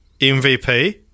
MVP